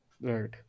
Right